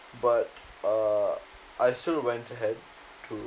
but uh I still went ahead to